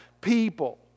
people